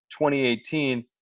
2018 –